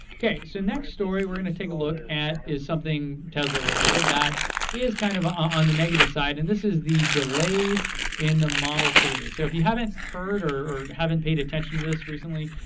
okay, so next story, we're gonna take a look at something tesla related that is kind of on the negative side. and this is the delays in the model three. so if you haven't heard or haven't paid attention to this recently,